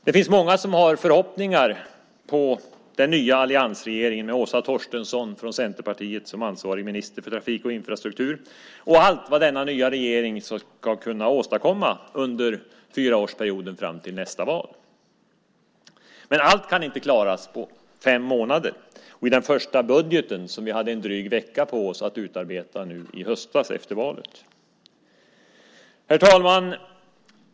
Det finns många som har förhoppningar på den nya alliansregeringen med Åsa Torstensson från Centerpartiet som ansvarig minister för trafik och infrastruktur, och allt vad denna nya regering ska kunna åstadkomma under fyraårsperioden fram till nästa val. Men allt kan inte klaras på fem månader och i den första budgeten som vi hade drygt en vecka på oss att utarbeta nu i höstas efter valet. Herr talman!